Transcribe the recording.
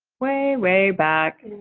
way way back.